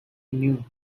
new